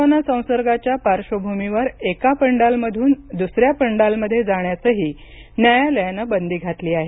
corona संसर्गाच्या पार्श्वभूमीवर एका पंडालमधून दुसऱ्या पंडालमध्ये जाण्यासही न्यायालयानं बंदी घातली आहे